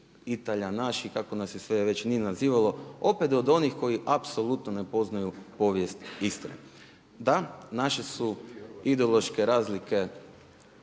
Italijanaši kako nas se sve već nije nazivalo opet od onih koji apsolutno ne poznaju povijest Istre. Da, naše su ideološke razlike